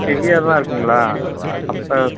ஹெவியாக தான் இருக்குங்களா அப்போ